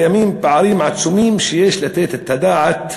קיימים פערים עצומים שיש לתת להם את הדעת בתקציב,